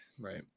right